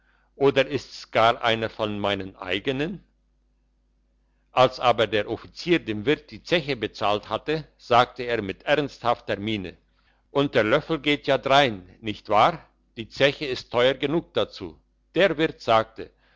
oder ist's gar einer von meinen eigenen als aber der offizier dem wirt die zeche bezahlt hatte sagte er mit ernsthafter miene und der löffel geht ja drein nicht wahr die zeche ist teuer genug dazu der wirt sagte